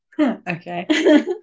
Okay